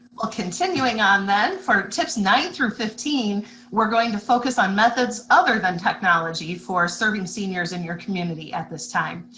well, continuing on, for tips nine through fifteen we're going to focus on methods other than technology for serving seniors in your community at this time.